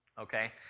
okay